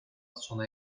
sona